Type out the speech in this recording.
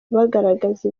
bagaragaza